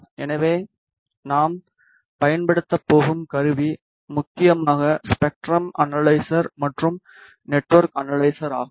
எனவே நாம் பயன்படுத்தப் போகும் கருவி முக்கியமாக ஸ்பெக்ட்ரம் அனலைசர் மற்றும் நெட்ஒர்க் அனலைசர்ஆகும்